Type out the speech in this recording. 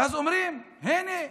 ואז אומרים: הינה,